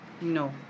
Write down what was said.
No